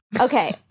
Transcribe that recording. Okay